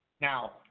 Now